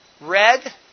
Red